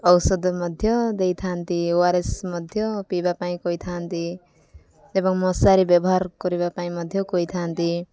ଔଷଧ ମଧ୍ୟ ଦେଇଥାନ୍ତି ଓ ଆର୍ ଏସ୍ ମଧ୍ୟ ପିଇବା ପାଇଁ କହିଥାନ୍ତି ଏବଂ ମଶାରି ବ୍ୟବହାର କରିବା ପାଇଁ ମଧ୍ୟ କହିଥାନ୍ତି